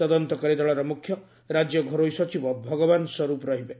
ତଦନ୍ତକାରୀ ଦଳର ମୁଖ୍ୟ ରାଜ୍ୟ ଘରୋଇ ସଚିବ ଭଗବାନ ସ୍ୱରୂପ ରହିବେ